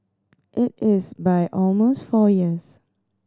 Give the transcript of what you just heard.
it is by almost four years